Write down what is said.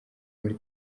muri